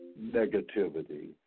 negativity